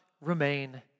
remain